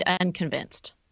unconvinced